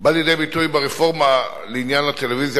בא לידי ביטוי ברפורמה לעניין הטלוויזיה